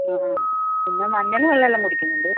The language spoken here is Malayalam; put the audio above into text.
ആ പിന്നെ മഞ്ഞൾ വെള്ളമെല്ലാം കുടിക്കുന്നുണ്ട്